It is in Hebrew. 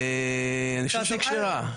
אני חושב שהיא כשרה.